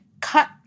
cut